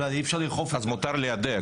אם כן, מותר ליידע.